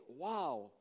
wow